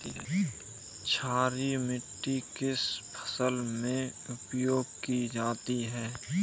क्षारीय मिट्टी किस फसल में प्रयोग की जाती है?